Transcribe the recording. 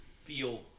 feel